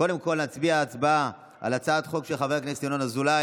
קודם כול נצביע על הצעת החוק של חבר הכנסת ינון אזולאי.